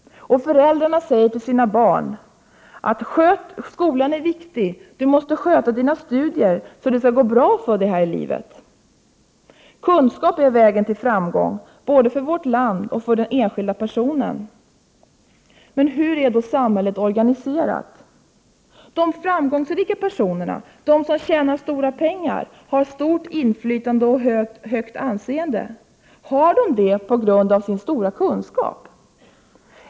Föräldrar säger till sina barn att skolan är viktig, du måste sköta dina studier så att det skall gå bra för dig i livet. Kunskap är vägen till framgång, både för vårt land och för den enskilda personen. Men hur är då samhället organiserat? De framgångsrika personerna, de som tjänar stora pengar, har stort inflytande och ett högt anseende, har de det på grund av sin stora kunskap?